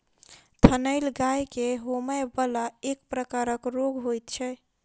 थनैल गाय के होमय बला एक प्रकारक रोग होइत छै